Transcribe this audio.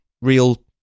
real